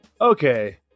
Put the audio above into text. Okay